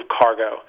cargo